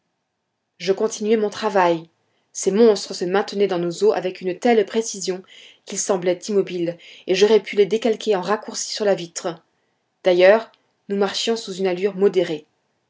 je continuai mon travail ces monstres se maintenaient dans nos eaux avec une telle précision qu'ils semblaient immobiles et j'aurais pu les décalquer en raccourci sur la vitre d'ailleurs nous marchions sous une allure modérée